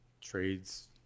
trades